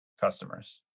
customers